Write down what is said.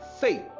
faith